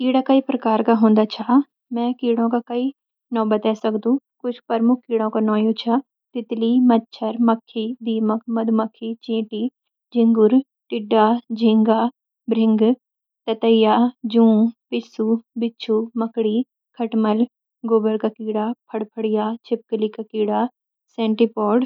कीड़ा कई प्रकार का हों दा छ, मैं कीड़ों का कई नौ बतई सकदू कुछ प्रमुख कीड़ों का नौ यू छ: तितली मच्छर मक्खी दीमक मधुमक्खी चींटी झिंगुर टिड्डा झिंगा (प्रेइंग मैन्टिस) भृंग (बीटल) ततैया जूं पिस्सू बिच्छू मकड़ी खटमल गोबर का कीड़ा फड़फड़िया छिपकली का कीड़ा (लार्वा) सेंटीपीड (कनखजूरा)